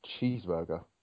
cheeseburger